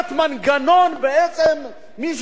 מי שיקבל את הפטור,